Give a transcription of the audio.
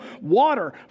water